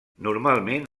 normalment